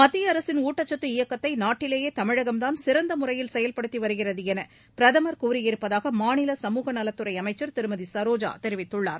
மத்திய அரசின் ஊட்டச்சத்து இயக்கத்தை நாட்டிலேயே தமிழகம்தாள் சிறந்த முறையில் செயல்படுத்தி வருகிறது என பிரதமர் கூறியிருப்பதாக மாநில சமூகநலத்துறை அமைச்சர் திருமதி சரோஜா தெரிவித்துள்ளார்